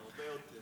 הרבה יותר.